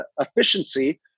efficiency